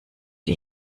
die